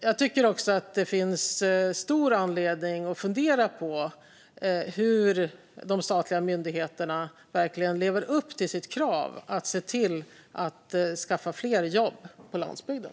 Jag tycker också att det finns stor anledning att fundera på hur de statliga myndigheterna lever upp till kravet att skapa fler jobb på landsbygden.